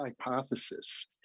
Hypothesis